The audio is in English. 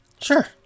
Sure